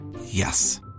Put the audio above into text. Yes